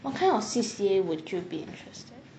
what kind of C_C_A would you be interested